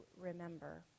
remember